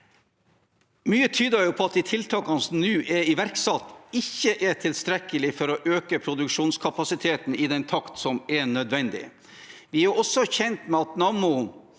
Mye tyder på at de tiltakene som nå er iverksatt, ikke er tilstrekkelige for å øke produksjonskapasiteten i den takt som er nødvendig. Vi er kjent med at Nammo